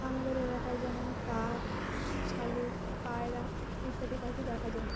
আমাদের এলাকায় যেমন কাক শালিক পায়রা ইত্যাদি পাখি দেখা যায়